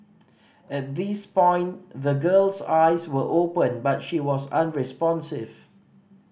at this point the girl's eyes were open but she was unresponsive